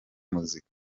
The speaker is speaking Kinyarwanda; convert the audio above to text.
muzika